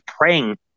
praying